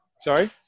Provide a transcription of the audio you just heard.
Sorry